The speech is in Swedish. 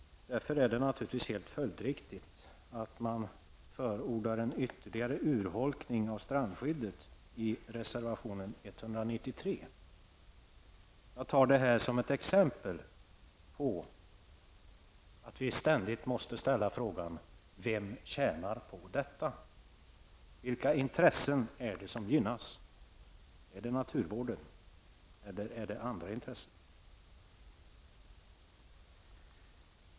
Därför är det naturligtvis helt följdriktigt att man förordar ytterligare en urholkning av strandskyddet i reservation 193. Jag tar detta som ett exempel på att vi ständigt måste ställa frågan vem som tjänar på detta. Vilka intressen är det som gynnas? Är det naturvården eller är det andra intressen?